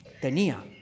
tenía